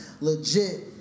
Legit